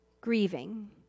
grieving